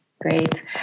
Great